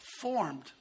formed